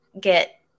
get